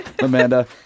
Amanda